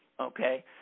okay